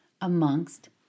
amongst